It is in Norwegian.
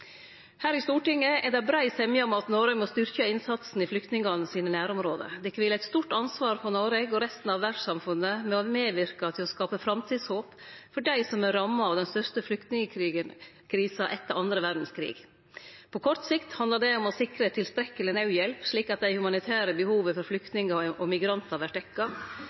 Her i Stortinget er det brei semje om at Noreg må styrkje innsatsen i nærområda til flyktningane. Det kviler eit stort ansvar på Noreg og resten av verdssamfunnet for å medverke til å skape framtidshåp for dei som er ramma av den største flyktningkrisa etter den andre verdskrigen. På kort sikt handlar det om å sikre tilstrekkeleg naudhjelp, slik at dei humanitære behova til flyktningar og migrantar vert